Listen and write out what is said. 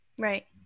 Right